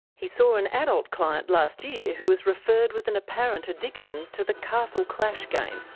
he saw an adult client last year who was referred with an apparent addiction to the castle clash game.